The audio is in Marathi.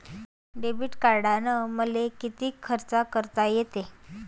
डेबिट कार्डानं मले किती खर्च करता येते?